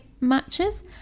matches